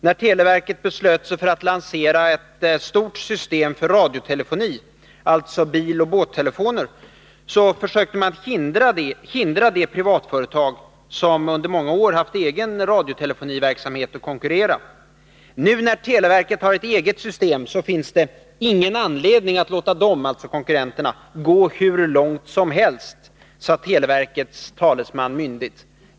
När televerket beslöt sig för att lansera ett stort system för radiotelefoni, alltså biloch båttelefoner, försökte man hindra det privatföretag som under många år haft egen radiotelefoniverksamhet att få konkurrera. Nu när televerket har ett eget system finns det ”ingen anledning att låta dem” — alltså konkurrenterna — ”gå hur långt som helst”, sade televerkets talesman myndigt.